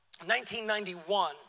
1991